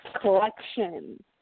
collection